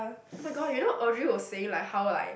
!oh-my-god! you know Audrey was saying like how like